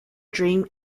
dream